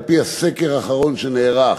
על-פי הסקר האחרון שנערך,